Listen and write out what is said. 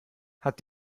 hat